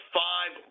five